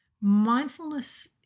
Mindfulness